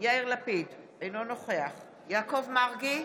יאיר לפיד, אינו נוכח יעקב מרגי,